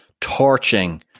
torching